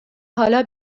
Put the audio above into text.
حالا